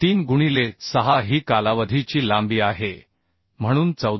3 गुणिले 6 ही कालावधीची लांबी आहे म्हणून 14